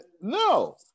No